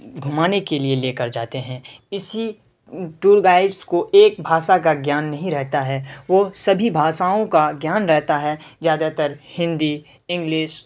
گھمانے کے لیے لے کر جاتے ہیں اسی ٹور گائڈس کو ایک بھاشا کا گیان نہیں رہتا ہے وہ سبھی بھاشاؤں کا گیان رہتا ہے زیادہ تر ہندی انگلش